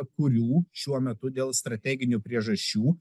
kurių šiuo metu dėl strateginių priežasčių